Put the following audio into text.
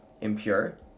impure